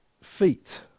feet